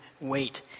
wait